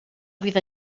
fydd